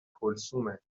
کلثومه